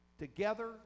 Together